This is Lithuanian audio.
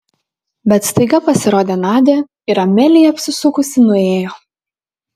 bet staiga pasirodė nadia ir amelija apsisukusi nuėjo